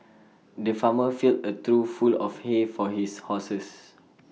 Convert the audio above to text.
the farmer filled A trough full of hay for his horses